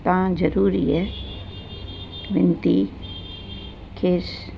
तव्हां ज़रूरु इहे विनती खे